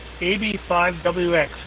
AB5WX